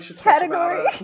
category